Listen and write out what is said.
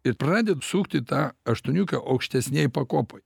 ir pradeda sukti tą aštuoniukę aukštesnėj pakopoj